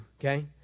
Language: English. okay